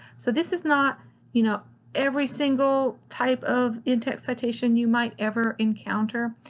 so this is not you know every single type of in-text citation you might ever encounter,